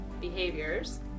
behaviors